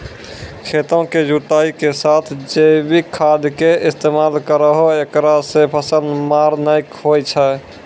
खेतों के जुताई के साथ जैविक खाद के इस्तेमाल करहो ऐकरा से फसल मार नैय होय छै?